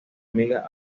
amiga